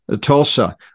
Tulsa